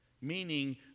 meaning